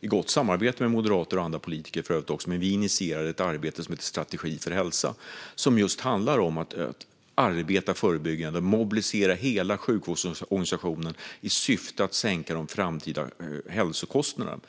i gott samarbete med Moderaterna och andra partier, arbetet Strategi för hälsa. Det handlar om att just arbeta förebyggande och mobilisera hela sjukvårdsorganisationen i syfte att sänka de framtida hälsokostnaderna.